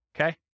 Okay